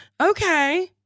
Okay